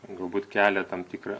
galbūt kelia tam tikrą